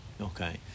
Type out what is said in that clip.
okay